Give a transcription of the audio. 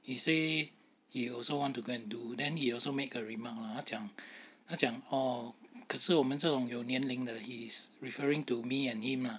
he say he also want to go and do then he also make a remark lah 他讲他讲哦可是我们这种有年龄的 he's referring to me and him uh